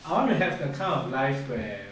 I want to have a kind of life where